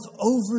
over